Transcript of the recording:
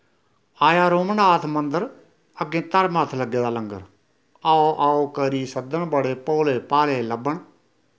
आया रघुनाथ मन्दर अग्गें धर्मार्थ लग्गे दा लंग्गर आओ आओ करी सद्दन बड़े भोले भाले लब्भन